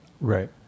Right